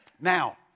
Now